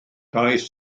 daeth